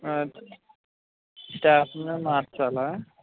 staff ని మార్చాలా